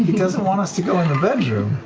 doesn't want us to go in the bedroom?